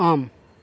ஆம்